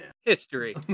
History